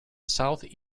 south